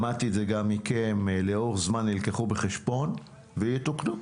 שמעתי את זה גם מכם הם נלקחו בחשבון לאורך זמן ויתוקנו.